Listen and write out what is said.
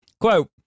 Quote